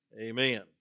Amen